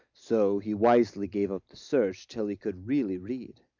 so he wisely gave up the search till he could really read.